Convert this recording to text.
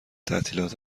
تعطیلات